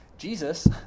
Jesus